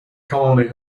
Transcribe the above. colony